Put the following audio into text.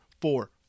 four